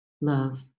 love